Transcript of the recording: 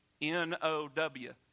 N-O-W